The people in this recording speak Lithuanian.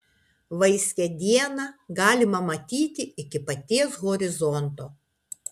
vaiskią dieną galima matyti iki paties horizonto